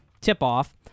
Tip-off